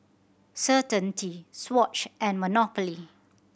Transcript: Certainty Swatch and Monopoly